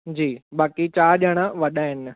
जी बाकी चारि ॼणा वॾा आहिनि